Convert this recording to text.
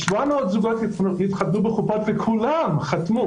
700 זוגות התחתנו ב"חופות" וכולם חתמו